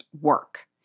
work